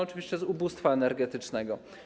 Oczywiście z ubóstwa energetycznego.